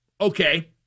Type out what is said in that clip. okay